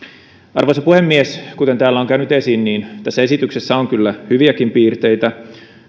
arvoisa puhemies kuten täällä on käynyt esiin niin tässä esityksessä on kyllä hyviäkin piirteitä